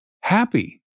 happy